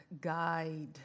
guide